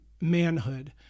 manhood